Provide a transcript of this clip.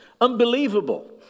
Unbelievable